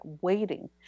waiting